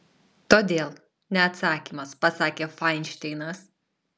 todėl ne atsakymas pasakė fainšteinas